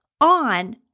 on